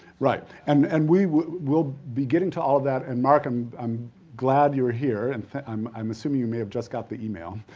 right, and and we will be getting to all that and mark, and i'm glad you're here. and i'm i'm assuming you may have just got the e-mail.